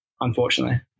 unfortunately